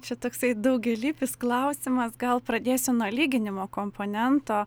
čia toksai daugialypis klausimas gal pradėsiu nuo lyginimo komponento